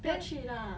不要去 lah